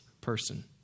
person